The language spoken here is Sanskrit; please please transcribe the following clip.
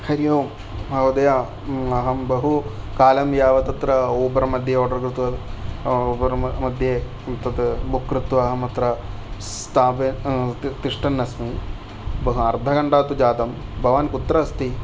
हरिओम् महोदय अहं बहु कालं यावद् तत्र ऊबर् मध्ये ओर्डर् कृत्वा ऊबर् मध्ये तद् बुक् कृत्वा अहम् अत्र स्थाप तिष्ठन् अस्मि अर्धघण्टा तु जातम् भवान् कुत्र अस्ति